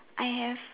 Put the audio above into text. I have